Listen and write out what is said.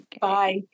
Bye